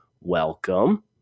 welcome